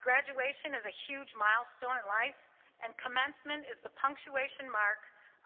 graduation is a huge milestone milestone in life and commencement is the punctuation mark